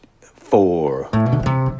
four